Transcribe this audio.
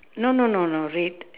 no no no no red